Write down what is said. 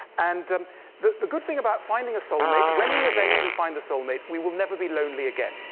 and um the the good thing about finding a soulmate, when we eventually find the soulmate, we will never be lonely again.